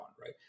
right